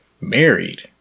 married